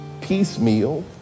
piecemeal